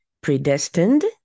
predestined